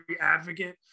advocate